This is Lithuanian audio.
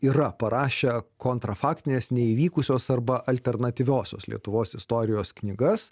yra parašę kontra faktinės neįvykusios arba alternatyviosios lietuvos istorijos knygas